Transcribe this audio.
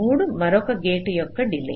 3 మరొక గేట్ యొక్క డిలే